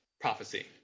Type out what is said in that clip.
prophecy